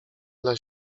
dla